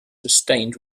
sustained